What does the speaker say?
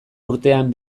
urtean